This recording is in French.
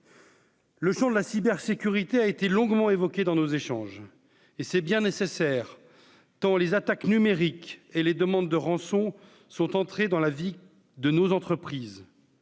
Le sur de la cybersécurité a été longuement évoquée dans nos échanges et c'est bien nécessaire, tant les attaques numériques et les demandes de rançons sont entrés dans la vie de nos entreprises.